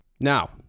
now